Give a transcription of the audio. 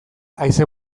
haize